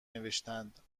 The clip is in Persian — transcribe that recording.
نوشتند